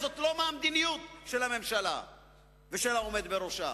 זה לא מהמדיניות של הממשלה ושל העומד בראשה.